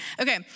Okay